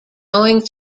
going